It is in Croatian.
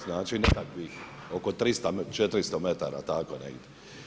Znači nekakvih oko 300, 400 metara tako negdje.